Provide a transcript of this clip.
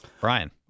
Brian